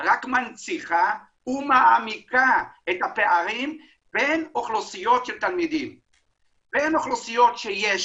רק מנציחה ומעמיקה את הפערים בין אוכלוסיות של תלמידים.